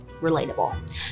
relatable